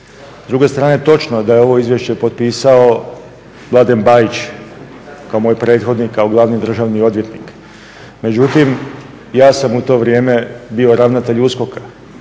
S druge strane točno je da je ovo izvješće potpisao Mladen Bajić moj prethodnik kao glavni državni odvjetnik. Međutim ja sam u to vrijeme bio ravnatelj USKOK-a